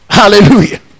Hallelujah